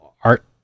art